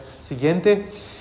siguiente